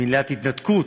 המילה "התנתקות",